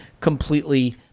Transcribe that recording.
completely